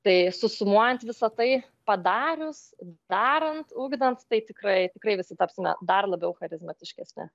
tai susumuojant visa tai padarius darant ugdant tai tikrai tikrai visi tapsime dar labiau charizmatiškesni